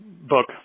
book